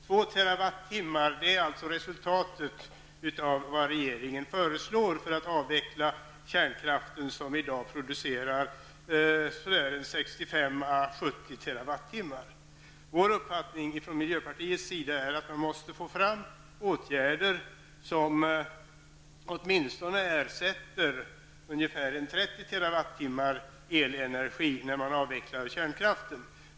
2 TWh är alltså resultatet av vad regeringen föreslår för att avveckla kärnkraften, som i dag producerar 65--70 TWh per år. Miljöpartiets uppfattning är att man måste få fram åtgärder som åtminstone ersätter ungefär 30 TWh elenergi när kärnkraften avvecklas.